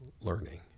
learning